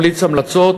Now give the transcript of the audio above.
תמליץ המלצות,